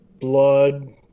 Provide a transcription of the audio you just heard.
Blood